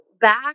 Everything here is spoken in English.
back